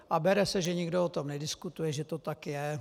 A bere se, že nikdo o tom nediskutuje, že to tak je.